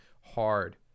hard